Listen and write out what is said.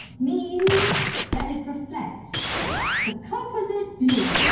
means that it reflects the composite views